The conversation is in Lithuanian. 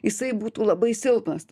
jisai būtų labai silpnas